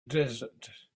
desert